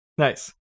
Nice